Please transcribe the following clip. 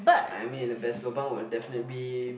I mean the best lobang would definitely be